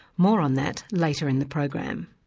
more on that later in the program.